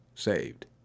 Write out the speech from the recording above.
saved